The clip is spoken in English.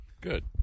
Good